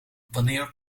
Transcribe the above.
wanneer